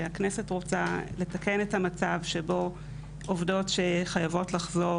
שהכנסת רוצה לתקן את המצב שבו עובדות שחייבות לחזור